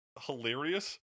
hilarious